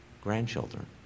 grandchildren